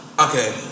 Okay